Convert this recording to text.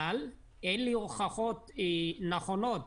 אבל אין לי הוכחות נכונות.